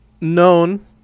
known